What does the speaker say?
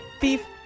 beef